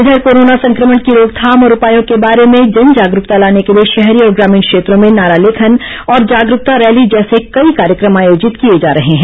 इधर कोरोना संक्रमण की रोकथाम और उपायों के बारे में जन जागरूकता लाने के लिए शहरी और ग्रामीण क्षेत्रों में नारा लेखन और जागरूकता रैली जैसे कई कार्यक्रम आयोजित किए जा रहे हैं